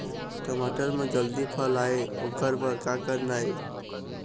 टमाटर म जल्दी फल आय ओकर बर का करना ये?